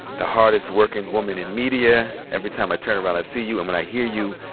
the hardest-working woman in media. every time i turn around, i see you, and when i hear you,